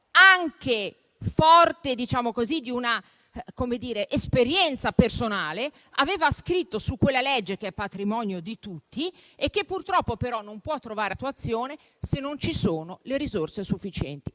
anche della sua esperienza personale, aveva scritto su quella legge che è patrimonio di tutti e che purtroppo non può trovare attuazione, se non ci sono le risorse sufficienti.